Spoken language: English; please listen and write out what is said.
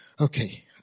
Okay